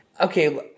Okay